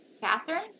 Catherine